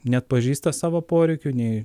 neatpažįsta savo poreikių nei